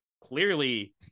clearly